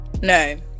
No